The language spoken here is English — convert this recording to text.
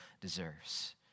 deserves